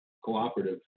cooperative